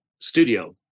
studio